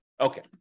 Okay